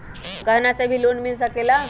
गहना से भी लोने मिल सकेला?